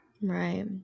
Right